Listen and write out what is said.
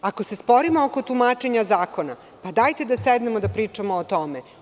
Ako se sporimo oko tumačenja zakona, dajte da sednemo da pričamo o tome.